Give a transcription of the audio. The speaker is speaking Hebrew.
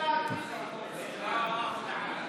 ועדת הכנסת בדבר הרכב הוועדה לענייני ביקורת המדינה נתקבלה.